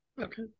Okay